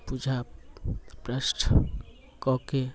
पूजा प्रस्थान कऽ के